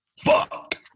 Fuck